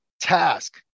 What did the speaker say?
task